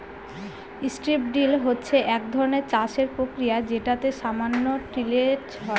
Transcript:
strip drill হচ্ছে এক ধরনের চাষের প্রক্রিয়া যেটাতে সামান্য টিলেজ হয়